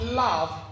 love